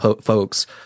Folks